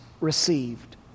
received